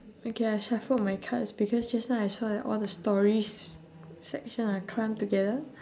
okay I shuffle my cards because just now I saw like all the stories section are clump together